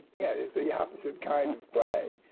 yeah, it's the opposite kind of